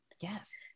Yes